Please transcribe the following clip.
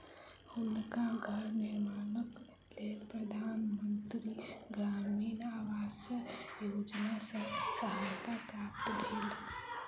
हुनका घर निर्माणक लेल प्रधान मंत्री ग्रामीण आवास योजना सॅ सहायता प्राप्त भेल